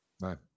Right